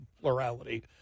Plurality